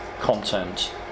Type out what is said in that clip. content